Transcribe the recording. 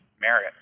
merit